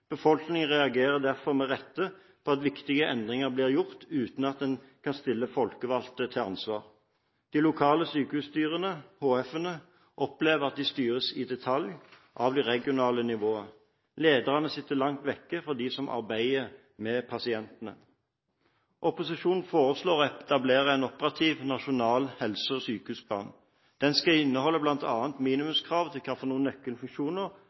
Befolkningen reagerer derfor med rette på at viktige endringer blir gjort uten at en kan stille folkevalgte til ansvar. De lokale sykehusstyrene – HF-ene – opplever at de styres i detalj av det regionale nivået. Lederne sitter langt vekk fra dem som arbeider med pasientene. Opposisjonen foreslår å etablere en operativ nasjonal helse- og sykehusplan. Den skal inneholde bl.a. minimumskrav til hvilke nøkkelfunksjoner